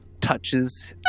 touches